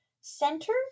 centered